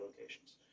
locations